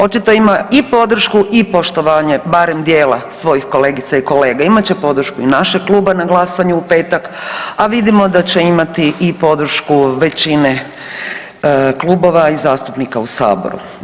Očito ima i podršku i poštovanje barem dijela svojih kolegica i kolega, imat će podršku i našeg kluba na glasanju u petak, a vidimo da će imati i podršku većine klubova i zastupnika u Saboru.